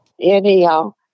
anyhow